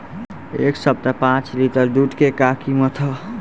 एह सप्ताह पाँच लीटर दुध के का किमत ह?